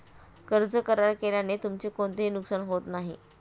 कर्ज करार केल्याने तुमचे कोणतेही नुकसान होत नाही